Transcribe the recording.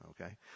Okay